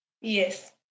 Yes